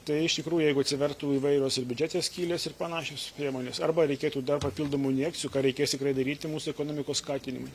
tai iš tikrųjų jeigu atsivertų įvairios ir biudžete skylės ir panašios priemonės arba reikėtų dar papildomų injekcijų ką reikės tikrai daryti mūsų ekonomikos skatinimui